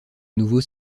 nouveau